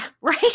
right